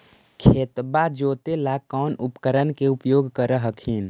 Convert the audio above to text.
खेतबा जोते ला कौन उपकरण के उपयोग कर हखिन?